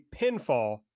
pinfall